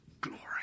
Glory